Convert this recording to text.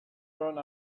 gone